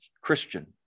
Christian